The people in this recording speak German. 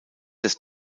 des